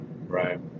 right